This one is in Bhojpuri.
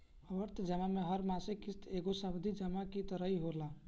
आवर्ती जमा में हर मासिक किश्त एगो सावधि जमा की तरही होला